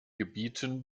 gebieten